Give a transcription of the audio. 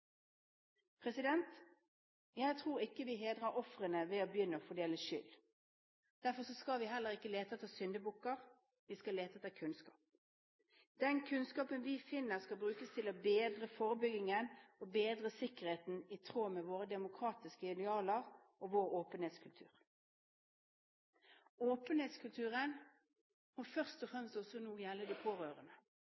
Jeg tror ikke vi hedrer ofrene ved å begynne å fordele skyld. Derfor skal vi heller ikke lete etter syndebukker, vi skal lete etter kunnskap. Den kunnskapen vi finner, skal brukes til å bedre forebyggingen og bedre sikkerheten i tråd med våre demokratiske idealer og vår åpenhetskultur. Åpenhetskulturen må først og